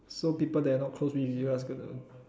so people that are not close with you just gonna